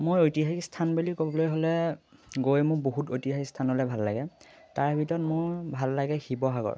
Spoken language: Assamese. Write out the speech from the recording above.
মই ঐতিহাসিক স্থান বুলি ক'বলৈ হ'লে গৈ মোৰ বহুত ঐতিহাসিক স্থানলৈ ভাল লাগে তাৰ ভিতৰত মোৰ ভাল লাগে শিৱসাগৰ